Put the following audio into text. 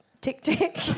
tick-tick